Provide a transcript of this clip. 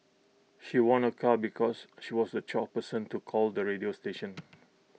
she won A car because she was the twelfth person to call the radio station